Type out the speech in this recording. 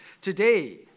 today